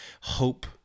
hope